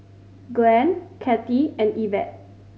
Glenn Kathie and Evette